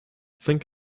think